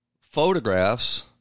photographs